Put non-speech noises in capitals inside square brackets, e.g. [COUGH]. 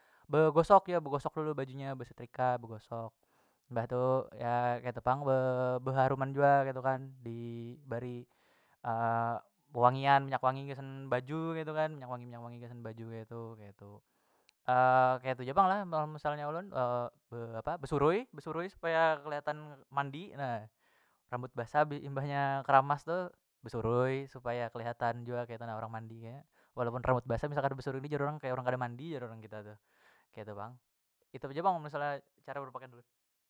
Begosok ya begosok dulu baju nya besetrika begosok mbah tu ya ketu pang be- beharuman jua ketu kan dibari [HESITATION] bewangian minyak wangi gasan baju ketu kan minyak wangi- minyak wangi gasan baju keitu- keitu. [HESITATION] ketu ja pang lah [UNINTELLIGIBLE] misalnya ulun [HESITATION] be apa besurui- besurui supaya keliatan mandi na rambut basah beimbahnya keramas tu besurui supaya keliatan jua ketu na orang mandi [HESITATION] walaupun rambut basah misal kada besurui ni jar orang kaya orang kada mandi jar orang kita tu ketu pang itu ja pang mun misal cara. [UNINTELLIGIBLE]